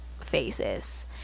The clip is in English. faces